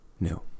No